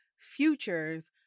futures